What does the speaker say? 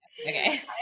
Okay